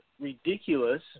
ridiculous